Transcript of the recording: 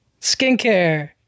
Skincare